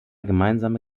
gemeinsame